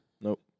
Nope